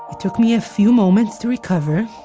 took me a few moments to recover.